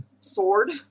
sword